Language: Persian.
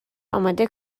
اماده